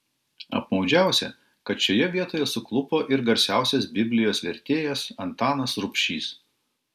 apmaudžiausia kad šioje vietoje suklupo ir garsiausias biblijos vertėjas antanas rubšys